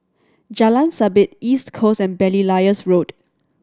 Jalan Sabit East Coast and Belilios Road